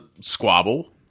squabble